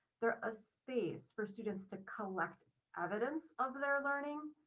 there's a space for students to collect evidence of their learning,